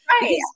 right